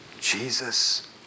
Jesus